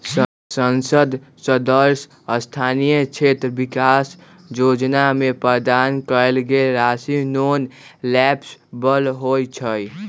संसद सदस्य स्थानीय क्षेत्र विकास जोजना में प्रदान कएल गेल राशि नॉन लैप्सबल होइ छइ